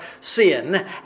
sin